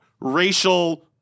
racial